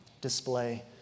display